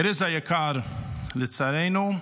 ארז היקר, לצערנו,